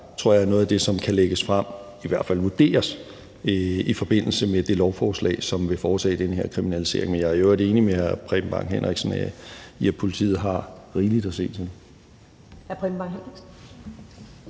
tror jeg er noget af det, som kan lægges frem, i hvert fald vurderes, i forbindelse med det lovforslag, som vil fortage den her kriminalisering. Men jeg er i øvrigt enig med hr. Preben Bang Henriksen i, at politiet har rigeligt at se til.